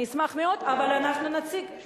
אני אשמח מאוד, אבל אנחנו נציג,